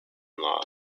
law